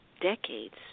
decades